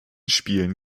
spielen